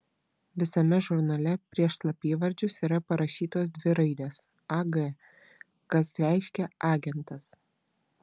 visame žurnale prieš slapyvardžius yra parašytos dvi raidės ag kas reiškia agentas